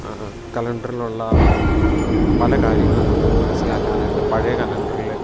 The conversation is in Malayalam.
കലണ്ടറിലുള്ള പല കാര്യങ്ങളും നമുക്ക് മനസ്സിലാക്കാനായിട്ട് പഴയ കലണ്ടറിൽ